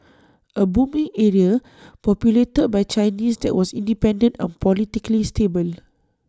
A booming area populated by Chinese that was independent and politically stable